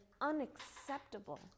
unacceptable